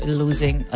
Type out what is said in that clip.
losing